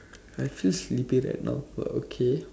I feel sleepy right now but okay